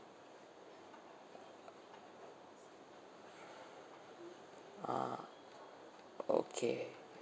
ah okay